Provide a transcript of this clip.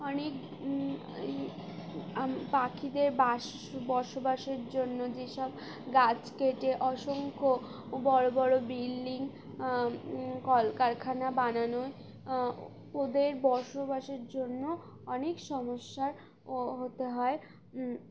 অনেক পাখিদের বাস বসবাসের জন্য যেসব গাছ কেটে অসংখ্য বড়ো বড়ো বিল্ডিং কলকারখানা বানানো ওদের বসবাসের জন্য অনেক সমস্যার ও হতে হয়